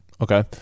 Okay